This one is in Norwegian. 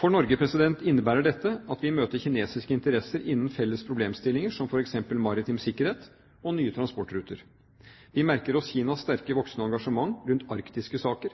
For Norge innebærer dette at vi møter kinesiske interesser innen felles problemstillinger som f.eks. maritim sikkerhet og nye transportruter. Vi merker oss Kinas sterkt voksende engasjement rundt arktiske saker.